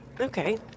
Okay